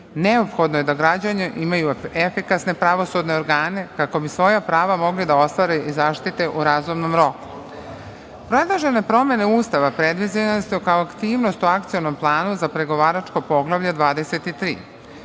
Neophodno je da građani imaju efikasne pravosudne organe kako bi svoja prava mogli da ostvare i zaštite u razumnom roku. Predložene promene Ustava predviđene su kao aktivnost u Akcionom planu za pregovaračko Poglavlje 23.